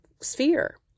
sphere